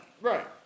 Right